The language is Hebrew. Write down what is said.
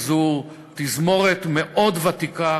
וזו תזמורת מאוד ותיקה,